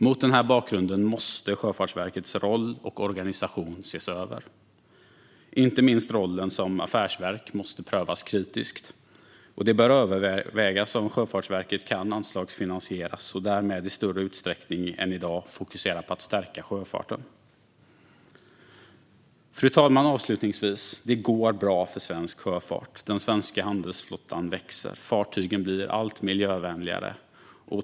Mot den här bakgrunden måste Sjöfartsverkets roll och organisation ses över. Inte minst rollen som affärsverk måste prövas kritiskt. Det bör övervägas om Sjöfartsverket kan anslagsfinansieras och därmed i större utsträckning än i dag kunna fokusera på att stärka sjöfarten. Fru talman! Avslutningsvis: Det går bra för svensk sjöfart. Den svenska handelsflottan växer. Fartygen blir allt miljövänligare.